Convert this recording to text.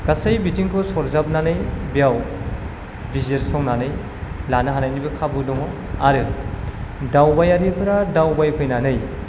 गासै बिथिंखौ सरजाबनानै बेयाव बिजिरसंनानै लानो हानायनिबो खाबु दङ आरो दावबायारिफ्रा दावबायफैनानै